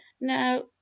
now